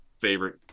favorite